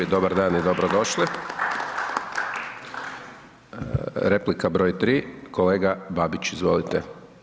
Dobar dan i dobro došli. … Replika broj 3 kolega Babić izvolite.